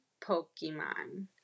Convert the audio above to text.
Pokemon